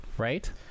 Right